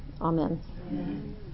Amen